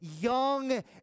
young